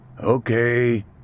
Okay